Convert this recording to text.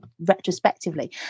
retrospectively